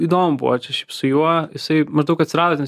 įdomu buvo čia šiaip su juo jisai maždaug atsirado ten